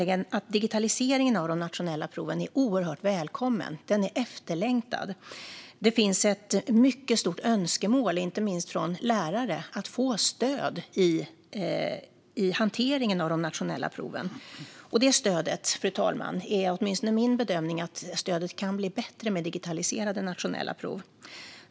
Digitaliseringen av de nationella proven är oerhört välkommen. Den är efterlängtad. Det finns ett mycket stort önskemål, inte minst från lärare, att få stöd i hanteringen av de nationella proven. Och det är åtminstone min bedömning, fru talman, att stödet kan bli bättre med digitaliserade nationella prov.